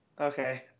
Okay